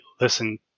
listen